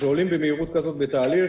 וכשעולים במהירות כזאת בתהליך,